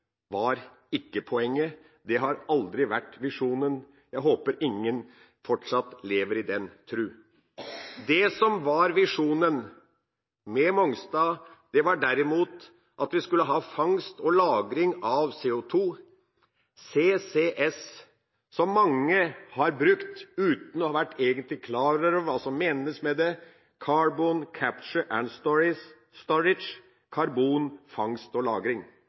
var ikke poenget. Det har aldri vært visjonen. Jeg håper ingen fortsatt lever i den tro. Det som var visjonen med Mongstad, var derimot at vi skulle ha fangst og lagring av CO2 – CCS – som mange har brukt uten egentlig å ha vært klar over hva som menes med det: «Carbon Capture and Storage» – «karbon fangst og lagring».